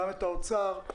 משרד האוצר,